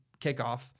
kickoff